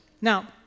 Now